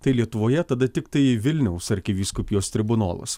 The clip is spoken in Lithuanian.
tai lietuvoje tada tiktai vilniaus arkivyskupijos tribunolas